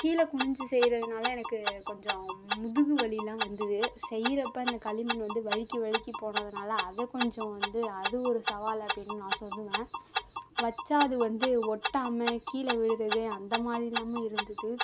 கீழே குனிஞ்சு செய்கிறதுனால எனக்கு கொஞ்சம் முதுகு வலியெலாம் வந்தது செய்கிறப்ப அந்த களி மண் வந்து வழுக்கி வழுக்கி போனதுனால் அதை கொஞ்சம் வந்து அது ஒரு சவால் அப்படின் நான் சொல்லுவேன் வைச்சா அது வந்து ஒட்டாமல் கீழே விழுகிறது அந்த மாதிரில்லாமும் இருந்தது